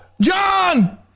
John